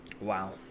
Wow